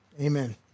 Amen